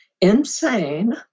insane